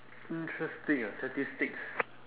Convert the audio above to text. interesting ah statistics